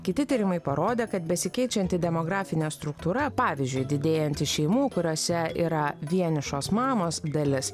kiti tyrimai parodė kad besikeičianti demografinė struktūra pavyzdžiui didėjanti šeimų kuriose yra vienišos mamos dalis